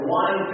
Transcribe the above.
one